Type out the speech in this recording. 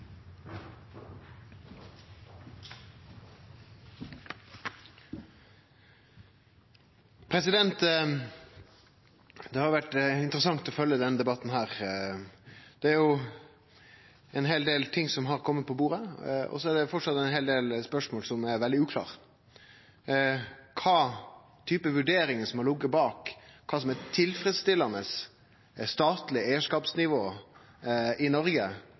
Det har vore interessant å følgje denne debatten. Det er ein heil del ting som har kome på bordet, og så er det framleis ein heil del spørsmål som er veldig uklare. Kva type vurderingar som har lege bak kva som er eit tilfredsstillande statleg eigarskapsnivå i Noreg,